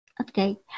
Okay